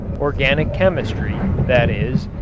organic chemistry, that is,